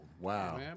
Wow